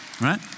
right